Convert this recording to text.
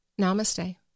namaste